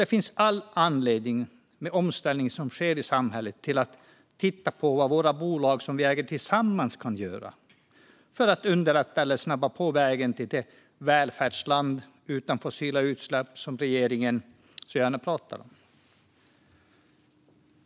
Det finns all anledning, med omställningen som sker i samhället, att titta på vad våra bolag som vi äger tillsammans kan göra för att underlätta eller snabba på vägen till det välfärdsland utan fossila utsläpp som regeringen så gärna pratar om.